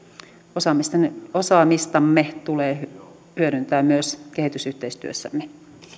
osaamistamme osaamistamme tulee hyödyntää myös kehitysyhteistyössämme